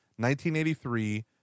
1983